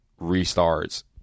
restarts